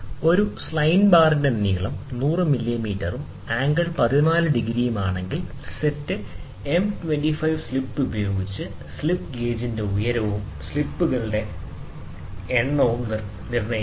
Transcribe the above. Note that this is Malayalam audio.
ഒരു സൈൻ ബാറിന്റെ നീളം 100 മില്ലിമീറ്ററും ആംഗിൾ 14 ഡിഗ്രിയുമാണെങ്കിൽ സെറ്റ് M25 സ്ലിപ്പ് ഉപയോഗിച്ച് സ്ലിപ്പ് ഗേജിന്റെ ഉയരവും സ്ലിപ്പുകളുടെ വലുപ്പവും നിർണ്ണയിക്കുക